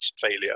failure